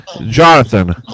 Jonathan